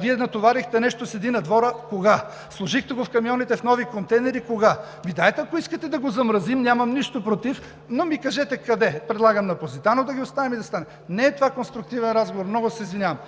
Вие натоварихте, а нещо седи на двора – кога? Сложихте го в камионите, а в нови контейнери – кога?“ Ами дайте, ако искате, да го замразим, нямам нищо против, но ми кажете къде? Предлагам да ги оставим на „Позитано“. Това не е конструктивен разговор, много се извинявам.